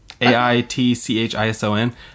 A-I-T-C-H-I-S-O-N